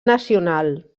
nacional